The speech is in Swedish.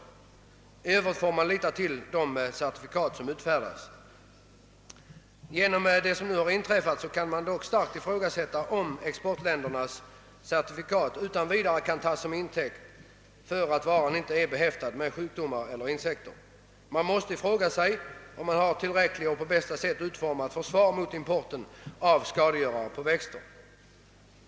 I övrigt får man lita på de certifikat som utfärdats. Det som nu inträffat gör att man måste ifrågasätta om exportländernas certifikat utan vidare kan tas som en garanti för att varan inte är behäftad med sjukdomar eller innehåller skadeinsekter. Man måste även fråga sig om vi har ett på bästa sätt utformat försvar mot införsel av dylika skadegörare.